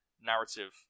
narrative